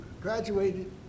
graduated